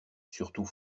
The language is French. surtout